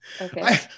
Okay